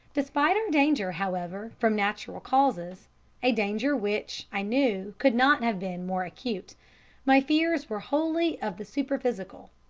despite our danger, however, from natural causes a danger which, i knew, could not have been more acute my fears were wholly of the superphysical.